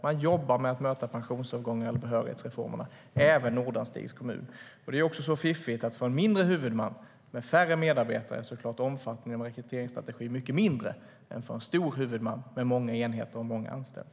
Man jobbar med att möta pensionsavgångar eller behörighetsreformerna. Det gäller även Nordanstigs kommun, och det är dessutom så fiffigt att omfattningen av en rekryteringsstrategi såklart är mycket mindre för en mindre huvudman med färre medarbetare än den är för en stor huvudman med många enheter och många anställda.